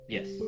Yes